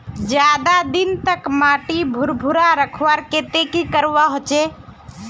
ज्यादा दिन तक माटी भुर्भुरा रखवार केते की करवा होचए?